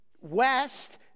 west